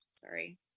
sorry